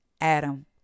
Adam